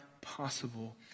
possible